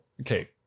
okay